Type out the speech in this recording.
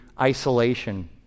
isolation